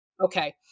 okay